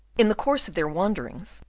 in the course of their wanderings,